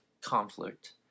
conflict